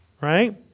Right